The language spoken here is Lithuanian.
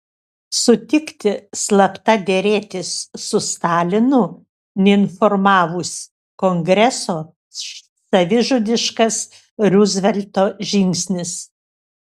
sutikti slapta derėtis su stalinu neinformavus kongreso savižudiškas ruzvelto žingsnis